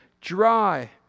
dry